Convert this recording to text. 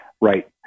right